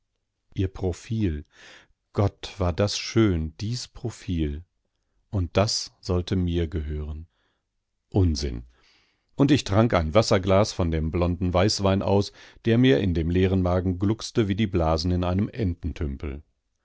ihr profil gott war das schön dies profil und das sollte mir gehören unsinn und ich trank ein wasserglas von dem blonden weißwein aus der mir in dem leeren magen gluckste wie die blasen in einem